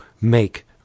make